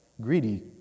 greedy